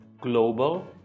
global